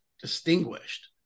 distinguished